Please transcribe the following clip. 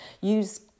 use